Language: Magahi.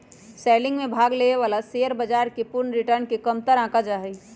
सेलिंग में भाग लेवे वाला शेयर बाजार के पूर्ण रिटर्न के कमतर आंका जा हई